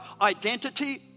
identity